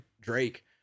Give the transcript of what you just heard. drake